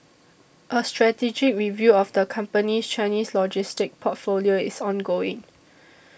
a strategic review of the company's Chinese logistics portfolio is ongoing